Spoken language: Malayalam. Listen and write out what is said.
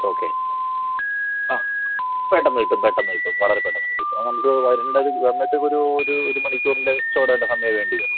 ഓക്കെ ആ പെട്ടെന്ന് കിട്ടും പെട്ടെന്ന് കിട്ടും വളരെ പെട്ടെന്നുതന്നെ കിട്ടും അപ്പം വരേണ്ടത് വന്നിട്ടിപ്പം ഒരു ഒരു ഒരു മണിക്കൂറിൻ്റെ സമയമേ വേണ്ടി വരൂ